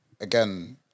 again